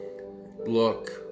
look